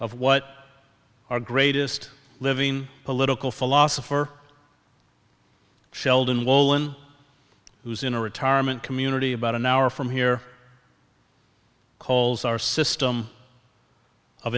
of what our greatest living political philosopher sheldon wolin who is in a retirement community about an hour from here calls our system of